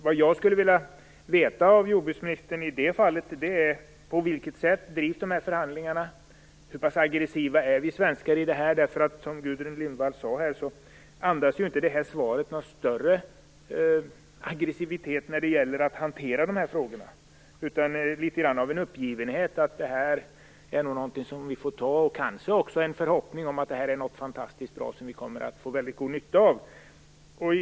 Vad jag skulle vilja veta av jordbruksministern i det fallet är på vilket sätt de här förhandlingarna drivs och hur pass aggressiva vi svenskar är i detta fall. Som Gudrun Lindvall sade, andas svaret inte någon större aggressivitet när det gäller att hantera de här frågorna. Det är litet mera av en uppgivenhet, att det här är någonting som vi får ta, kanske också med en förhoppning om att det är någonting fantastiskt bra, som vi får väldigt god nytta av.